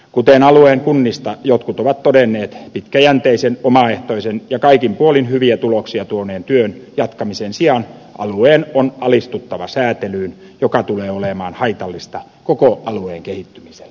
kuten alueen kunnista jotkut ovat todenneet pitkäjänteisen omaehtoisen ja kaikin puolin hyviä tuloksia tuoneen työn jatkamisen sijaan alueen on alistuttava säätelyyn joka tulee olemaan haitallista koko alueen kehittymiselle